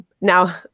Now